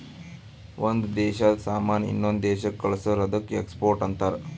ಒಂದ್ ದೇಶಾದು ಸಾಮಾನ್ ಇನ್ನೊಂದು ದೇಶಾಕ್ಕ ಕಳ್ಸುರ್ ಅದ್ದುಕ ಎಕ್ಸ್ಪೋರ್ಟ್ ಅಂತಾರ್